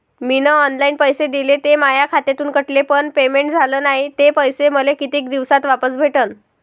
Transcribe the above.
मीन online पैसे दिले, ते माया खात्यातून कटले, पण पेमेंट झाल नायं, ते पैसे मले कितीक दिवसात वापस भेटन?